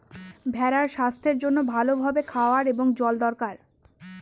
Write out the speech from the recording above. ভেড়ার স্বাস্থ্যের জন্য ভালো ভাবে খাওয়ার এবং জল দরকার